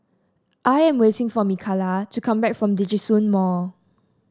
I am waiting for Mikalah to come back from Djitsun Mall